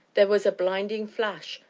there was a blinding flash,